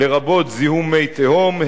לרבות זיהום מי תהום,